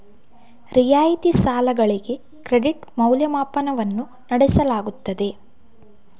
ರಿಯಾಯಿತಿ ಸಾಲಗಳಿಗೆ ಕ್ರೆಡಿಟ್ ಮೌಲ್ಯಮಾಪನವನ್ನು ನಡೆಸಲಾಗುತ್ತದೆ